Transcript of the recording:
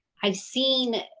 i've seen